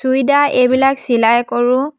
চুইদাৰ এইবিলাক চিলাই কৰোঁ